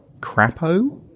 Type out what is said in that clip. Crapo